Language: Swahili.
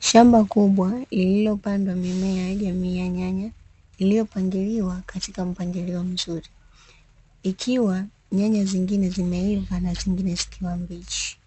Shamba kubwa lililopandwa mimea ya jamii ya nyanya, iliyopangiliwa katika mpangilio mzuri ikiwa nyanya zingine zimeiva na zingine zikiwa mbichi,